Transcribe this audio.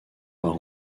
par